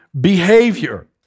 behavior